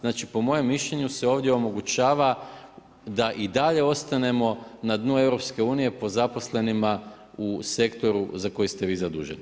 Znači po mojem mišljenju se ovdje omogućava da i dalje ostanemo na dnu EU po zaposlenima u sektoru za koji ste vi zaduženi.